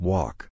Walk